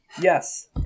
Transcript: yes